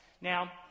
Now